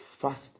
fast